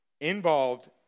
involved